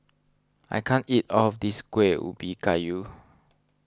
I can't eat all of this Kueh Ubi Kayu